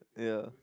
yeah